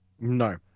No